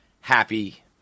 happy